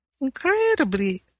Incredibly